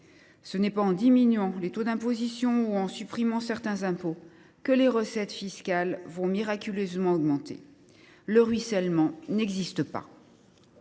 ce n’est pas en diminuant les taux d’imposition ou en supprimant certains impôts que les recettes fiscales vont miraculeusement augmenter. Le ruissellement n’existe pas.